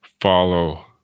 follow